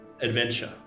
adventure